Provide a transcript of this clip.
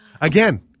Again